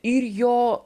ir jo